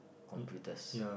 computers